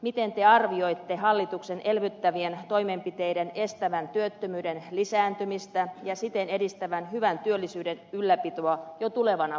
miten te arvioitte hallituksen elvyttävien toimenpiteiden estävän työttömyyden lisääntymistä ja siten edistävän hyvän työllisyyden ylläpitoa jo tulevana vuonna